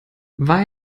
war